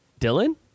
Dylan